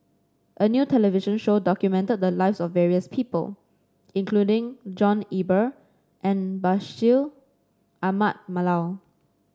a new television show documented the lives of various people including John Eber and Bashir Ahmad Mallal